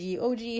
OG